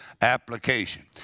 Application